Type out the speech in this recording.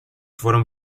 fueron